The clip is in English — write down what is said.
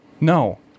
No